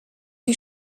die